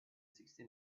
sixty